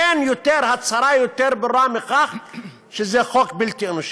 אין הצהרה יותר ברורה מכך שזה חוק בלתי אנושי.